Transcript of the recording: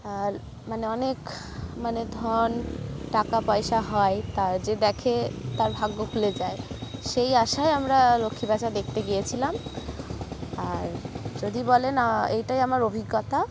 আর মানে অনেক মানে ধন টাকা পয়সা হয় তা যে দেখে তার ভাগ্য খুলে যায় সেই আশায় আমরা লক্ষ্মী প্যাঁচা দেখতে গিয়েছিলাম আর যদি বলেন এটাই আমার অভিজ্ঞতা